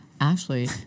Ashley